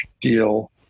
deal